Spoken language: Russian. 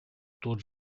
тот